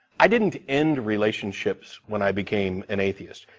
i didn't end relationships when i became an atheist.